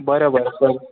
बरं बरं सर